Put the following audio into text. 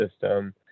system